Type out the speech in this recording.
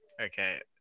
okay